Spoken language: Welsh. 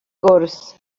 gwrs